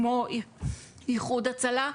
כמו איחוד הצלה,